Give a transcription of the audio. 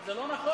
זה לא נכון.